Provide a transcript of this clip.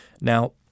Now